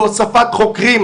להוספת חוקרים?